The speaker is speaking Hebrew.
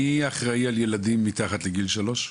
מי אחראי על ילדים מתחת לגיל שלוש?